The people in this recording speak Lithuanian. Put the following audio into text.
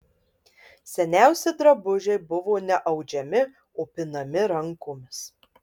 seniausi drabužiai buvo ne audžiami o pinami rankomis